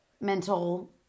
mental